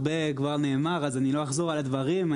הרבה כבר נאמר ולכן לא אחזור על הדברים,